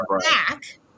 back